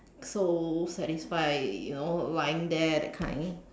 so satisfied you know lying there that kind